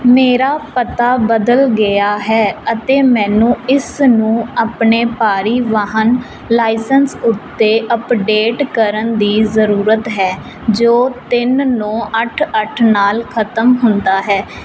ਮੇਰਾ ਪਤਾ ਬਦਲ ਗਿਆ ਹੈ ਅਤੇ ਮੈਨੂੰ ਇਸ ਨੂੰ ਆਪਣੇ ਭਾਰੀ ਵਾਹਨ ਲਾਇਸੈਂਸ ਉੱਤੇ ਅਪਡੇਟ ਕਰਨ ਦੀ ਜ਼ਰੂਰਤ ਹੈ ਜੋ ਤਿੰਨ ਨੌਂ ਅੱਠ ਅੱਠ ਨਾਲ ਖਤਮ ਹੁੰਦਾ ਹੈ